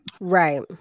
Right